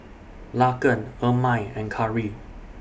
Laken Ermine and Cari